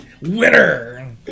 Winner